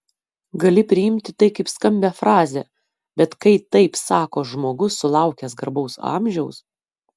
gali priimti tai kaip skambią frazę bet kai taip sako žmogus sulaukęs garbaus amžiaus